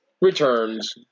returns